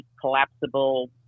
collapsible